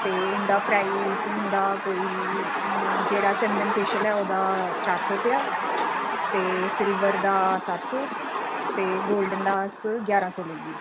ते इं'दा प्राइज होंदा कोई जेह्ड़ा चन्दन फेशियल ओह्दा चार सौ रपेआ ते सिल्बर दा सत्त सौ ते गोल्डन दा अस ग्यारह् सौ लैन्नें